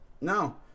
no